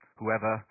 whoever